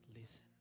listen